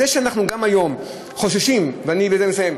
זה שאנחנו גם היום חוששים, ובזה אני מסיים,